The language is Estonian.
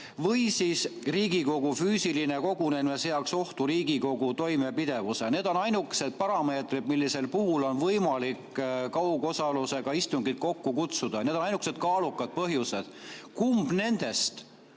või Riigikogu füüsiline kogunemine seaks ohtu Riigikogu toimepidevuse. Need on ainukesed parameetrid, millisel puhul on võimalik kaugosalusega istungit kokku kutsuda, need on ainukesed kaalukad põhjused. Kumb nendest